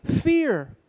fear